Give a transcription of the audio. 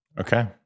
Okay